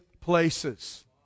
places